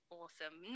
awesome